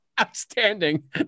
outstanding